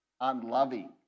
unloving